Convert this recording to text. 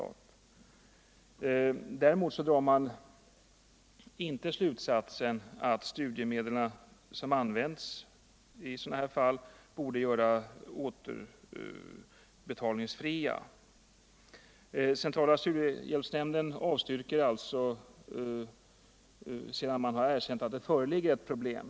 Däremot drar nämnden inte slutsatsen att studiemedlen i dessa fall borde göras återbetalningsfria. Centrala studiehjälpsnämnden avstyrker alltså motionen, sedan man erkänt att det föreligger ett problem.